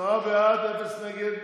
עשרה בעד, אפס נגד.